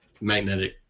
Magnetic